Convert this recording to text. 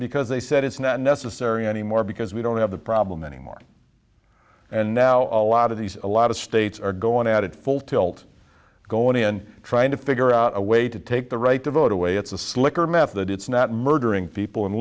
because they said it's not necessary anymore because we don't have the problem anymore and now a lot of these a lot of states are going at it full tilt going in trying to figure out a way to take the right to vote away it's a slicker method it's not murdering people and